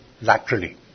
laterally